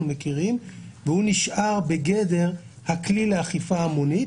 מכירים והוא נשאר בגדר הכלי לאכיפה המונית